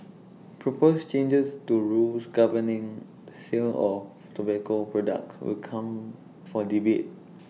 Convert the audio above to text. proposed changes to rules governing the sale of tobacco products will come for debate